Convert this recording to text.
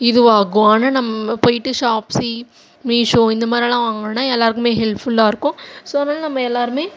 இதுவாகும் ஆனால் நம்ம போய்விட்டு ஷாப்ஸி மீஷோ இந்தமாதிரில்லாம் வாங்குனோன்னால் எல்லாேருக்குமே ஹெல்ப்ஃபுல்லாக இருக்கும் ஸோ அதனால் நம்ம எல்லாேருமே